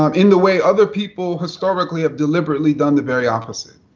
um in the way other people, historically, have deliberately done the very opposite.